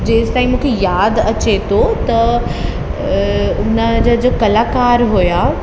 जेसि ताईं मूंखे यादि अचे थो त उन जा जो कलाकार हुआ